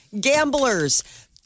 gamblers